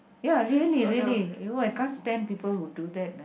ya really really !aiyo! I can't stand people who do that man